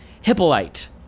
Hippolyte